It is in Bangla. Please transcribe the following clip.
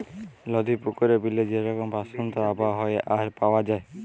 নদি, পুকুরে, বিলে যে রকম বাস্তুতন্ত্র আবহাওয়া হ্যয়ে আর পাওয়া যায়